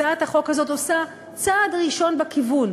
הצעת החוק הזאת עושה צעד ראשון בכיוון.